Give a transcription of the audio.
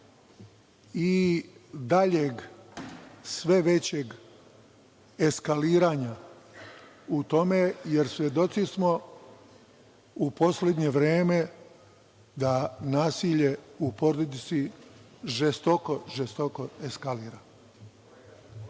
i daljeg, sve većeg eskaliranja u tome, jer svedoci smo u poslednje vreme da nasilje u porodici žestoko, žestoko eskalira. Osim